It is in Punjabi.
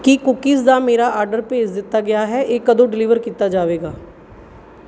ਕੀ ਕੂਕੀਜ਼ ਦਾ ਮੇਰਾ ਆਰਡਰ ਭੇਜ ਦਿੱਤਾ ਗਿਆ ਹੈ ਇਹ ਕਦੋਂ ਡਿਲੀਵਰ ਕੀਤਾ ਜਾਵੇਗਾ